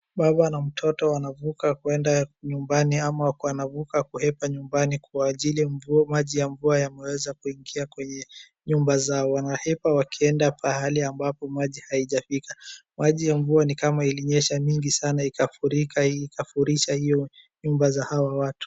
Baba na mtoto wanavuka kuenda nyumbani ama wanavuka kuhepa nyumbani kwa ajili ya mvua, maji ya mvua yameweza kuingia kwenye nyumba zao. Wanahepa wakienda pahali ambapo maji haijafika. Maji ya mvua ni kama ilinyesha mingi sana ikafurika, ikafurisha hio nyumba za hawa watu.